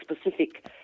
specific